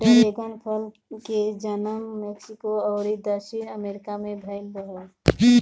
dragon फल के जनम मेक्सिको अउरी दक्षिणी अमेरिका में भईल रहे